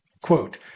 Quote